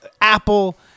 Apple